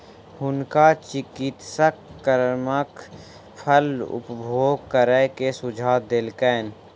हुनका चिकित्सक कमरख फल उपभोग करै के सुझाव देलकैन